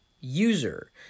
user